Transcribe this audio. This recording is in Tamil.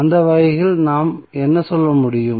அந்த வகையில் நாம் என்ன சொல்ல முடியும்